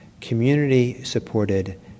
community-supported